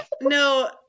No